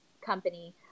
company